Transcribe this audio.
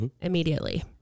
Immediately